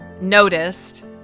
noticed